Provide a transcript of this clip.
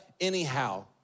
anyhow